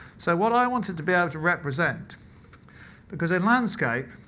so what i wanted to be able to represent because in landscape,